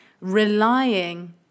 relying